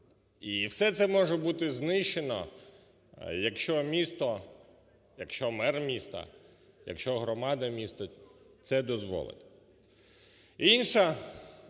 І все це може бути знищено, якщо місто, якщо мер міста, якщо громада міста це дозволить. Інша